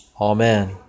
Amen